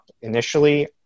initially